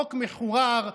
חוק מחורר,